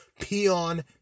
peon